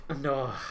No